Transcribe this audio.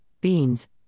beans